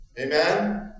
Amen